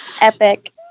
epic